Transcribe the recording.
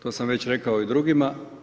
To sam već rekao i drugima.